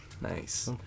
Nice